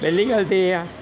ਪਹਿਲੀ ਗੱਲ ਤਾਂ ਇਹ ਆ